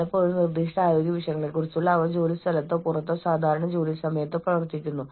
കൂടാതെ ഒരുപക്ഷേ സായുധ സേനയിലെ ആളുകൾ പോലും സ്വന്തം വികാരങ്ങൾ നിയന്ത്രണത്തിൽ സൂക്ഷിക്കേണ്ടിവരുന്നു